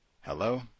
Hello